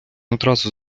одразу